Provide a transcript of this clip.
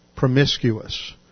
Promiscuous